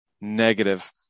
negative